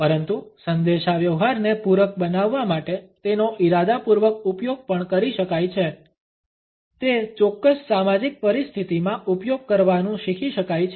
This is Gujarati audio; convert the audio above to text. પરંતુ સંદેશાવ્યવહારને પૂરક બનાવવા માટે તેનો ઇરાદાપૂર્વક ઉપયોગ પણ કરી શકાય છે તે ચોક્કસ સામાજિક પરિસ્થિતિમાં ઉપયોગ કરવાનું શીખી શકાય છે